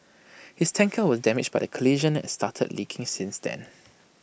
his tanker was damaged by the collision and started leaking since then